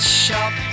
Shop